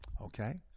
Okay